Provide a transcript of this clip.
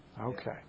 Okay